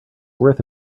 worth